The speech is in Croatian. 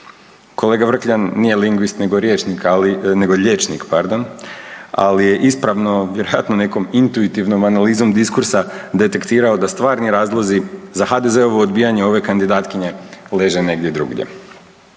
Kolega Vrkljan nije lingvist, nego rječnik, nego liječnik pardon, ali je ispravo, vjerojatno nekom intuitivnom analizom diskursa detektirao da stvarni razlozi za HDZ-ovo odbijanje ove kandidatkinje leže negdje drugdje.